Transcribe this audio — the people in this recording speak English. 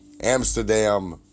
Amsterdam